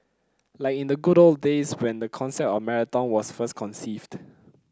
like in the good old days when the concept of marathon was first conceived